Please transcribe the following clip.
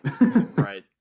right